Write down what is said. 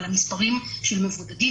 המספרים של מבודדים,